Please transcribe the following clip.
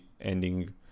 ending